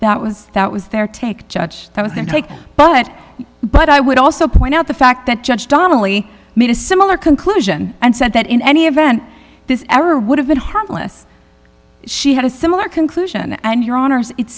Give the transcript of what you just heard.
that was that was their take judge that was their take but but i would also point out the fact that judge donnelly made a similar conclusion and said that in any event this error would have been harmless she had a similar conclusion and your honors it